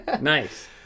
Nice